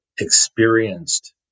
experienced